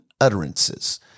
utterances